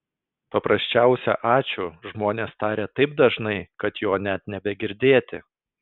paprasčiausią ačiū žmonės taria taip dažnai kad jo net nebegirdėti